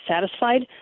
satisfied